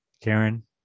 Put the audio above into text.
Karen